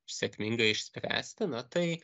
sėkmingai išspręsti na tai